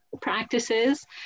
practices